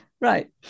Right